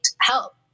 help